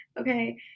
okay